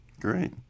Great